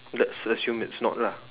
let's assume it's not lah